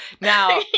now